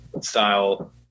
style